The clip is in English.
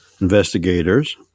investigators